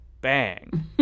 bang